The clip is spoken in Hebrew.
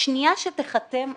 בשנייה שתיחתם ההזמנה,